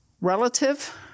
relative